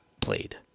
played